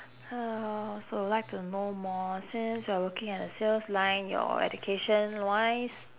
uh so like to know more since you're working at a sales line your education wise